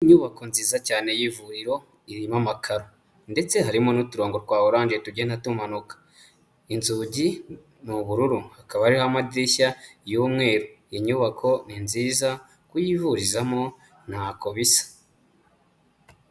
Inyubako nziza cyane y'ivuriro irimo amakararo ndetse harimo n'uturongo twa oranje tugenda tumanuka, inzugi ni ubururu, hakaba hariho amadirishya y'umweru, inyubako ni nziza, kuyivurizamo ntako bisa.